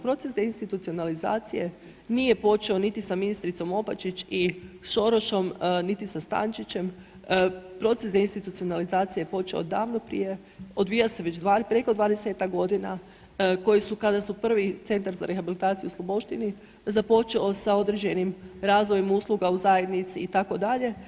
Proces deinstitucionalizacije nije počeo niti sa ministricom Opačić i Šorošom, niti sa Stančićem, proces deinstitucionalizacije je počeo davno prije, odvija se već preko 20-tak godina koji su kada su prvi Centar za rehabilitaciju u Sloboštini započeo sa određenim razvojem usluga u zajednici itd.